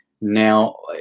Now